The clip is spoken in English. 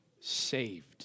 saved